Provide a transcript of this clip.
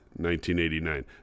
1989